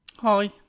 Hi